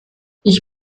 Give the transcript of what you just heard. ich